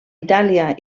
itàlia